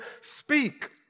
speak